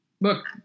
Look